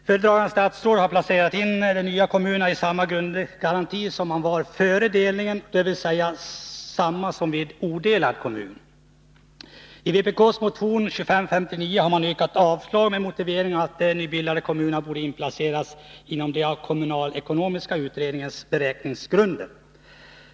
Föredragande statsrådet har placerat in de nya kommunerna i samma skattekraftsklass som de tillhörde före delningen, dvs. som vid odelad kommun. kommunerna borde inplaceras enligt kommunalekonomiska utredningens beräkningsgrunder.